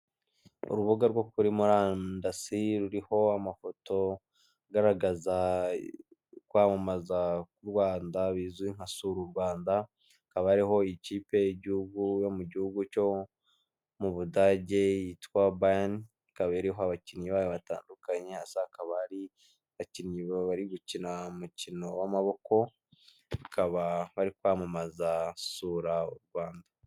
Urubuga rwo kuri murandasi ruriho amafoto agaragaza kwamamaza u Rwanda bizwi nka sura u Rwanda, hakaba hariho ikipe y'igihugu mu gihugu cyo mu Budage yitwa Bayani ikaba iriho abakinnyi bayo batandukanye, hasi hakaba hari bakinnyi bari gukina umukino w'amaboko bakaba bari kwamamaza sura u Rwanda.